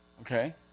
Okay